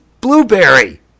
blueberry